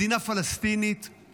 מדינה פלסטינית,